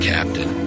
Captain